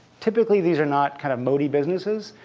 typically these are not kind of moat-y businesses.